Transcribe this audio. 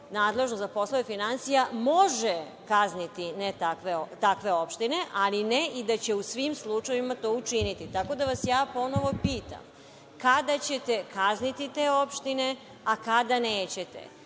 nadležno za poslove finansija može kazniti ne takve opštine ali ne i da će u svim slučajevima to i učiniti. Tako da vas ja ponovo pitam, kada ćete kazniti te opštine, a kada nećete?